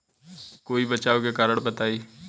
कोई बचाव के कारण बताई?